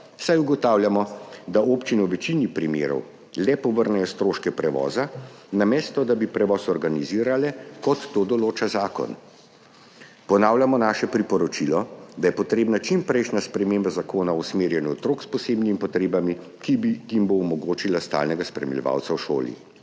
saj ugotavljamo, da občine v večini primerov le povrnejo stroške prevoza, namesto da bi prevoz organizirale, kot to določa zakon. Ponavljamo naše priporočilo, da je potrebna čimprejšnja sprememba Zakona o usmerjanju otrok s posebnimi potrebami, ki jim bo omogočila stalnega spremljevalca v šoli.